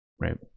Right